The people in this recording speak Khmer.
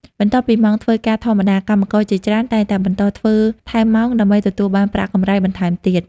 បន្ទាប់ពីម៉ោងធ្វើការធម្មតា កម្មករជាច្រើនតែងតែបន្តធ្វើថែមម៉ោង ដើម្បីទទួលបានប្រាក់កម្រៃបន្ថែមទៀត។